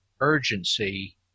urgency